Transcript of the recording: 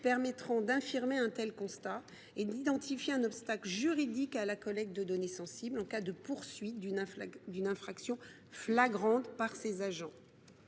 permettant d’infirmer un tel constat et d’identifier un obstacle juridique à la collecte de données sensibles en cas de poursuite d’une infraction flagrante par ces agents